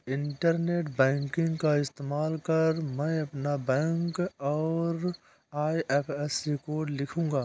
internet banking का इस्तेमाल कर मैं अपना बैंक और आई.एफ.एस.सी कोड लिखूंगा